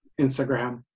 Instagram